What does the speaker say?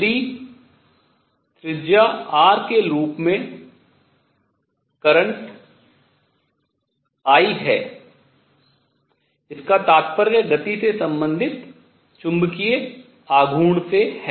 यदि त्रिज्या R के लूप में करंट I है इसका तात्पर्य गति से संबधित चुंबकीय आघूर्ण से है